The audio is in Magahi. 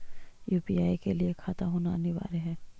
यु.पी.आई के लिए खाता होना अनिवार्य है?